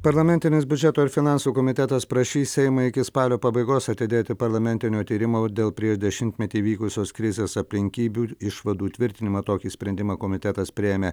parlamentinis biudžeto ir finansų komitetas prašys seimą iki spalio pabaigos atidėti parlamentinio tyrimo dėl prieš dešimtmetį vykusios krizės aplinkybių išvadų tvirtinimą tokį sprendimą komitetas priėmė